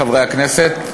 חברי הכנסת,